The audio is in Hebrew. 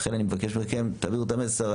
לכן אני מבקש מכם, תעבירו את המסר.